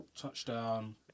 Touchdown